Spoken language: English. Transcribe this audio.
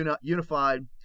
unified